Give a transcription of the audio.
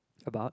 about